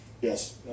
yes